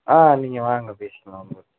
ஆ நீங்கள் வாங்க பேசிக்கலாம் ஒன்றும் பிரச்சனை